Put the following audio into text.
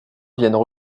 viennent